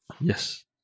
Yes